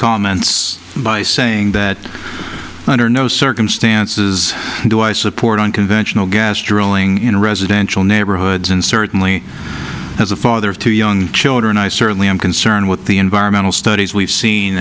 comments by saying that under no circumstances do i support unconventional gas drilling in residential neighborhoods and certainly as a father of two young children i certainly am concerned with the environmental studies we've seen